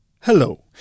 Hello